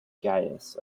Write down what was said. gaius